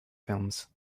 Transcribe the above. films